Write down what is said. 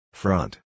Front